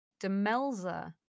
Demelza